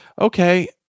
okay